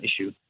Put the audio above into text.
issue